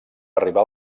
arribar